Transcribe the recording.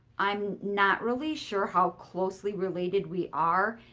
i'm not really sure how closely related we are.